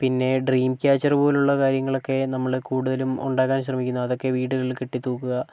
പിന്നെ ഡ്രീംക്യാച്ചർ പോലുള്ള കാര്യങ്ങളൊക്കെ നമ്മള് കൂടുതലും ഉണ്ടാക്കാൻ ശ്രമിക്കുന്നത് അതൊക്കെ വീടുകളിൽ കെട്ടിത്തൂക്കുക